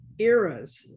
eras